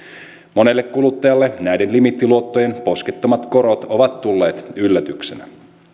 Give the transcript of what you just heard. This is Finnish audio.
monelle kuluttajalle näiden limiittiluottojen poskettomat korot ovat tulleet yllätyksenä